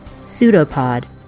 Pseudopod